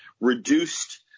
reduced